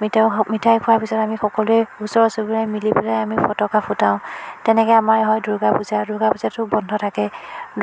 হওক মিঠাই খোৱাৰ পিছত আমি সকলোৱে ওচৰ চুবুৰীয়াই মিলি পেলাই আমি ফটকা ফুটাওঁ তেনেকৈ আমাৰ হয় দুৰ্গা পূজা দুৰ্গা পূজাটো বন্ধ থাকে